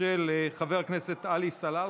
של חבר הכנסת עלי סלאלחה.